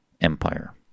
empire